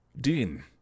Dean